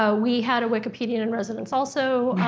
ah we had a wikipedian in residence also,